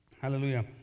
Hallelujah